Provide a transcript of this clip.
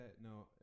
no